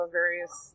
various